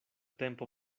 tempo